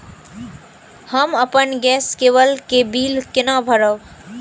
हम अपन गैस केवल के बिल केना भरब?